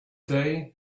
day